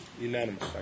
Unanimous